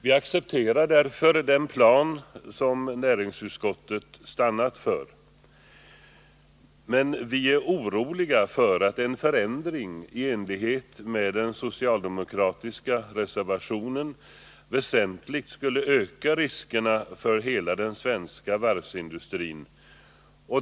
Vi accepterar därför den plan som näringsutskottet stannat för. Men vi är "oroliga för att en förändring i enlighet med socialdemokraternas förslag väsentligt skulle öka riskerna för hela den svenska varvsindustrin.